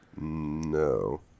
No